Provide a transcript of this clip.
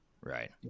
Right